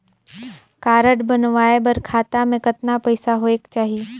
Card बनवाय बर खाता मे कतना पईसा होएक चाही?